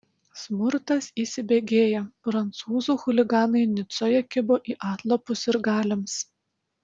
smurtas įsibėgėja prancūzų chuliganai nicoje kibo į atlapus sirgaliams